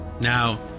Now